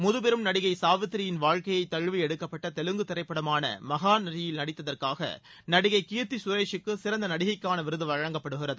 முதுபெரும் நடிகை சாவித்திரியின் வாழ்க்கையை தழுவி எடுக்கப்பட்ட தெலுங்கு திரைப்படமான மகநடியில் நடித்ததற்காக நடிகை கீர்த்தி குரேகக்கு சிறந்த நடிகைக்கான விருது வழங்கப்படுகிறது